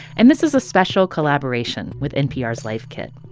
and this is a special collaboration with npr's life kit.